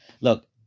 Look